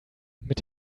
mit